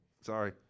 sorry